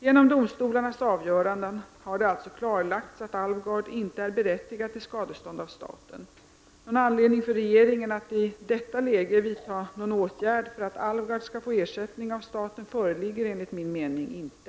Genom domstolarnas avgöranden har det alltså klarlagts att Alvgard inte är berättigad till skadestånd av staten. Någon anledning för regeringen att i detta läge vidta någon åtgärd för att Alvgard skall få ersättning av staten föreligger enligt min mening inte.